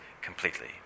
completely